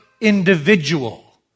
individual